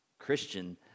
christian